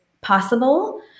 possible